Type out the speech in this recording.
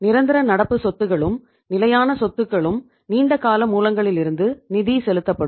நிரந்தர நடப்புச்சொத்துக்களும் நிலையான சொத்துக்களும் நீண்ட கால மூலங்களிலிருந்து நிதி செலுத்தப்படும்